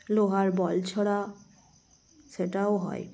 লোহার বল ছোঁড়া সেটাও হয়